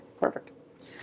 Perfect